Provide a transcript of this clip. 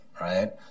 right